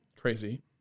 crazy